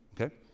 okay